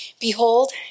Behold